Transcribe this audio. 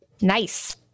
nice